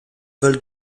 val